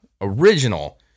original